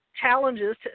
challenges